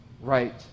right